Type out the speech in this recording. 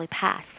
passed